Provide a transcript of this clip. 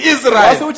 Israel